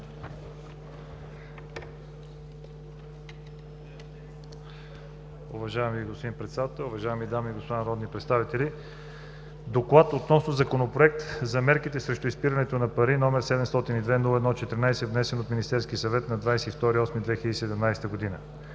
Уважаеми господин Председател, уважаеми дами и господа народни представители! „ДОКЛАД относно Законопроект за мерките срещу изпирането на пари, № 702-01-14, внесен от Министерския съвет на 22 август 2017 г.